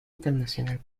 internacional